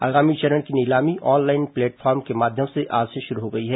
आगामी चरण की नीलामी ऑनलाइन प्लेटफॉर्म के माध्यम से आज से शुरू हो गई है